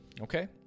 okay